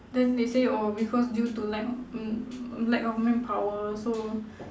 then they say oh because due to lack lack of manpower so